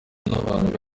n’abantu